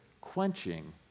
quenching